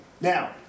Now